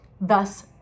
thus